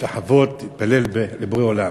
משתחוות להתפלל לבורא עולם.